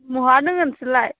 महा दङ नोंसोरलाय